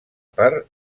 per